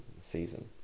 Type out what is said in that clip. season